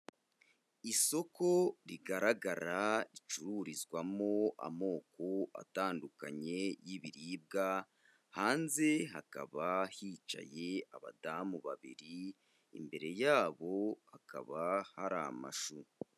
Isoko rigaragara ricururizwamo amoko atandukanye yibiribwa. Hanze hakaba hicaye abadamu babiri, imbere yabo hakaba hari amashu.